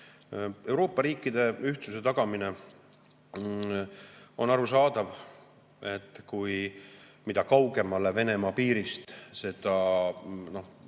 Euroopa riikide ühtsuse tagamine. On arusaadav, et mida kaugemal Venemaa piirist, seda